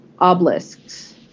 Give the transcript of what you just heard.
obelisks